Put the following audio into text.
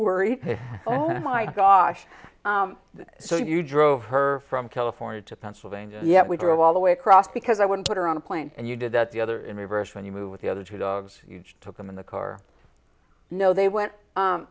worried my gosh so you drove her from california to pennsylvania yet we drove all the way across because i wouldn't put her on a plane and you did that the other in a verse when you move with the other two dogs huge took them in the car no they went